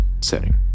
setting